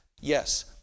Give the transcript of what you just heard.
Yes